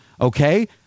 Okay